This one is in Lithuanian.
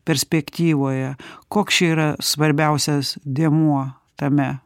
perspektyvoje koks čia yra svarbiausias dėmuo tame